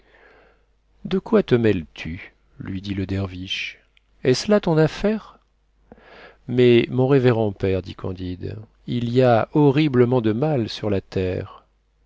de quoi te mêles-tu lui dit le derviche est-ce là ton affaire mais mon révérend père dit candide il y a horriblement de mal sur la terre